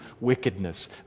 wickedness